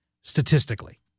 statistically